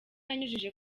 yanyujije